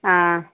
ஆ